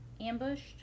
ambushed